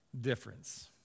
difference